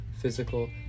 physical